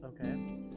Okay